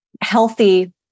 healthy